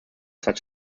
such